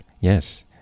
Yes